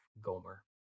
Gomer